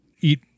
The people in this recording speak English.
eat